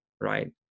right